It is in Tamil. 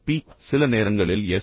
பி சில நேரங்களில் எஸ்